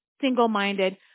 single-minded